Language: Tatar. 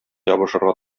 ябышырга